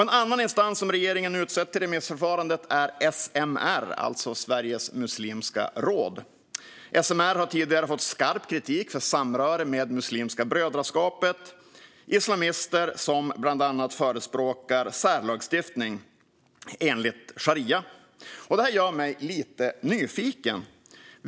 En annan instans som regeringen utsett i remissförfarandet är SMR, alltså Sveriges muslimska råd. SMR har tidigare fått skarp kritik för samröre med Muslimska brödraskapet, islamister som bland annat förespråkar särlagstiftning enligt sharia. Detta gör mig lite nyfiken.